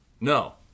No